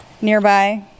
nearby